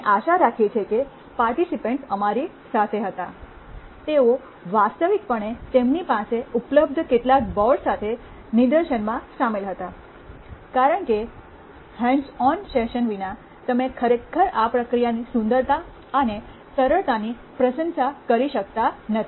અમે આશા રાખીએ છીએ કે પાર્ટિસપન્ટ અમારી સાથે હતા તેઓ વાસ્તવિકપણે તેમની પાસે ઉપલબ્ધ કેટલાક બોર્ડ સાથે નિદર્શનમાં સામેલ હતા કારણ કે હેન્ડ ઓન સેશન વિના તમે ખરેખર આ પ્રક્રિયાની સુંદરતા અને સરળતાની પ્રશંસા કરી શકતા નથી